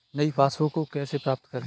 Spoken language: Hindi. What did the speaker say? नई पासबुक को कैसे प्राप्त करें?